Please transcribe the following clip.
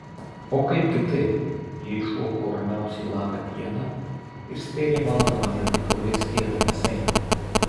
o kaip kitaip jei šuo kuo ramiausiai laka pieną ir spėriai maldamas žandikauliais ėda mėsainį